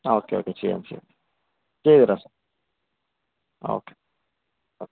ആ okay okay ചെയ്യാം ചെയ്യാം ചെയ്തുതരാം സാര് ആ ഓക്കെ ആ